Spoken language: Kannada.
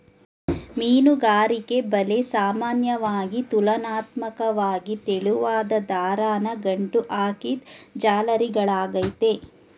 ಮೀನುಗಾರಿಕೆ ಬಲೆ ಸಾಮಾನ್ಯವಾಗಿ ತುಲನಾತ್ಮಕ್ವಾಗಿ ತೆಳುವಾದ್ ದಾರನ ಗಂಟು ಹಾಕಿದ್ ಜಾಲರಿಗಳಾಗಯ್ತೆ